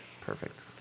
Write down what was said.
Perfect